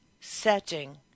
setting